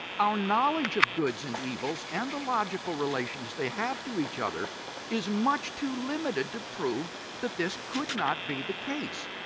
our knowledge of goods and evils and the logical relations they bear to each other is much too limited to prove that this could not be the case.